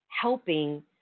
helping